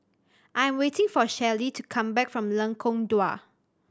I am waiting for Shelley to come back from Lengkong Dua